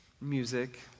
music